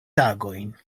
tagojn